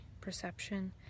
perception